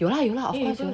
有啦有啦 of course